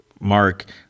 Mark